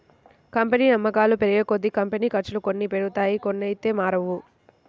company అమ్మకాలు పెరిగేకొద్దీ, company ఖర్చులు కొన్ని పెరుగుతాయి కొన్నైతే మారవు